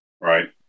Right